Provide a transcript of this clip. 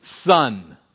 son